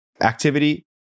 activity